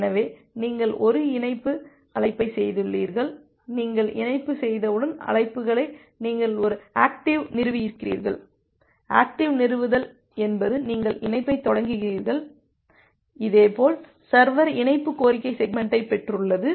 எனவே நீங்கள் ஒரு இணைப்பு அழைப்பைச் செய்துள்ளீர்கள் நீங்கள் இணைப்பு செய்தவுடன் அழைப்புகளைச் நீங்கள் ஒரு ஆக்டிவ் நிறுவியிருக்கிறீர்கள் ஆக்டிவ் நிறுவுதல் என்பது நீங்கள் இணைப்பைத் தொடங்கினீர்கள் இதேபோல் சர்வர் இணைப்பு கோரிக்கை செக்மெண்டைப் பெற்றுள்ளது